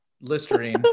Listerine